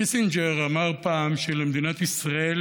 קיסינג'ר אמר פעם שלמדינת ישראל